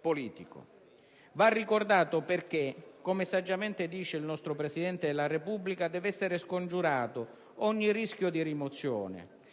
politico. Va ricordato perché, come saggiamente dice il nostro Presidente della Repubblica, deve essere scongiurato ogni rischio di rimozione